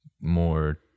more